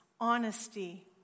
honesty